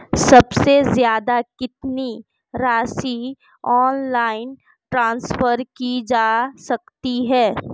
सबसे ज़्यादा कितनी राशि ऑनलाइन ट्रांसफर की जा सकती है?